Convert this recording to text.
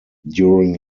during